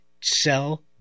sell